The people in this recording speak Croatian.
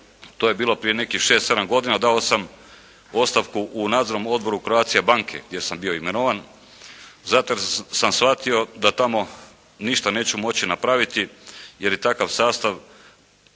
To je bilo prije nekih 6, 7 godina, dao sam ostavku u nadzornom odboru Croatia banke gdje sam bio imenovan, zato jer sam shvatio da tamo ništa neću moći napraviti, jer i takav sastav